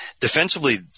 defensively